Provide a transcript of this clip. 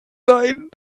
sein